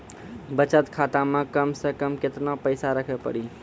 बचत खाता मे कम से कम केतना पैसा रखे पड़ी?